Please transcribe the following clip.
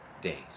days